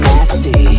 Nasty